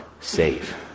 save